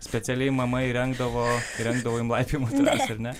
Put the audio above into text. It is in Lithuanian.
specialiai mama įrengdavo įrengdavo jum laipiojimo trąsą ar ne